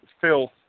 filth